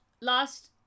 Last